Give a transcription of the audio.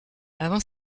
avant